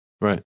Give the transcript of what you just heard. Right